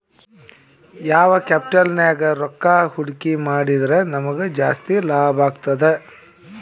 ಯಾವ್ ಕ್ಯಾಪಿಟಲ್ ನ್ಯಾಗ್ ರೊಕ್ಕಾ ಹೂಡ್ಕಿ ಮಾಡಿದ್ರ ನಮಗ್ ಜಾಸ್ತಿ ಲಾಭಾಗ್ತದ?